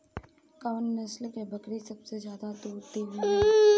कउन नस्ल के बकरी सबसे ज्यादा दूध देवे लें?